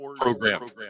program